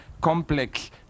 complex